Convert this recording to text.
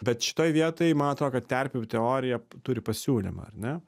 bet šitoj vietoj man atrodo kad terpių teorija turi pasiūlymą ar ne